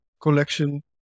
collection